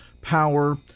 power